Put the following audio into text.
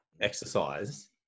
exercise